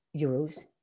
euros